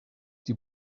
die